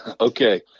Okay